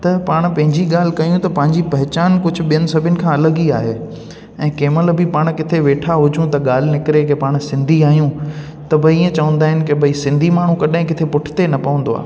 त पाण पंहिंजी ॻाल्हि कयूं त पंहिंजी पहिचानु कुझु ॿियनि सभिनि खां अलॻि ई आहे ऐं कंहिंमहिल बि पाण किथे वेठा हुजूं त ॻाल्हि निकिरे की पाण सिंधी आहियूं त भई इहे चवंदा आहिनि कि भई सिंधी माण्हू कॾहिं किथे पुठिते न पवंदो आहे